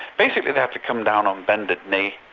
basically they had to come down on bended knee,